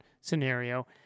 scenario